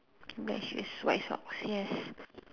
match is white socks yes